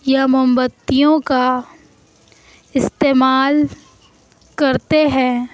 یا مومبتیوں کا استعمال کرتے ہیں